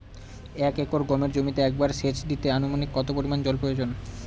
এক একর গমের জমিতে একবার শেচ দিতে অনুমানিক কত পরিমান জল প্রয়োজন?